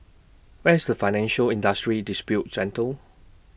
Where IS Financial Industry Disputes Center